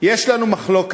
יש לנו מחלוקת